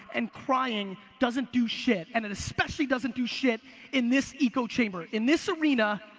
and crying doesn't do shit. and it especially doesn't do shit in this echo chamber. in this arena,